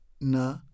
na